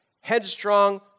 headstrong